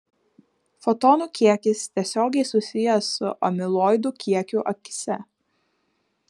fotonų kiekis tiesiogiai susijęs su amiloidų kiekiu akyse